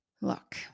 Look